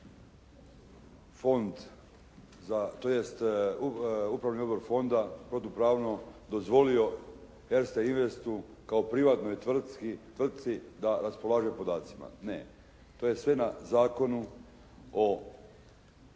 tj. upravni odbor fonda protupravno dozvolio Erste investu kao privatnoj tvrtci da raspolaže podacima. Ne, to je sve na Zakonu o